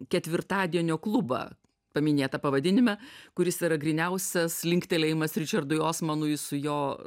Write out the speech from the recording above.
ketvirtadienio klubą paminėtą pavadinime kuris yra gryniausias linktelėjimas ričardui osmanui su jo